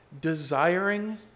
desiring